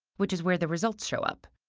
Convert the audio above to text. which is where the results show up.